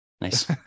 Nice